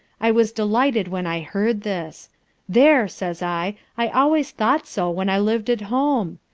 i was delighted when i heard this there, says i, i always thought so when i liv'd at home!